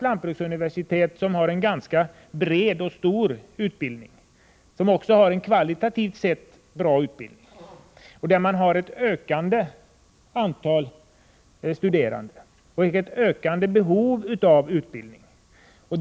Lantbruksuniversitetet har en ganska bred och omfattande utbildning, som också kvalitativt sett är bra. Man har ett ökande antal studerande, och det finns ett ökande behov av utbildning.